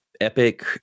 Epic